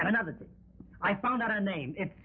and another thing i found out a name i